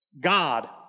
God